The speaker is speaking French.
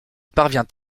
parvient